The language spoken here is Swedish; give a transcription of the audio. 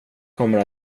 kommer